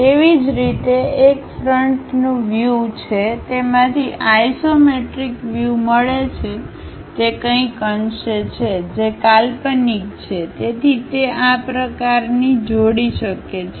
તેવી જ રીતે એક ફ્રન્ટનું વ્યૂ છે તેમાંથી આઈશોમેટ્રિક વ્યૂ મળે છે તે કંઈક અંશે છે જે કાલ્પનિક છે તેથી તે આ પ્રકારની જોડી શકી છે